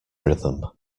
rhythm